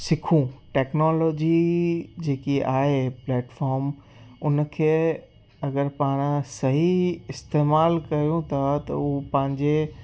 सिखूं टैक्नोलॉजी जेकी आहे प्लैटफॉम उन खे अगरि पाण सही इस्तेमाल कयूं था त उहे पंहिंजे